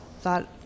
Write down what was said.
thought